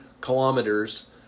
kilometers